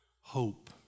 hope